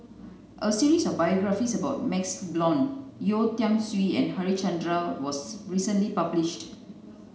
a series of biographies about MaxLe Blond Yeo Tiam Siew and Harichandra was recently published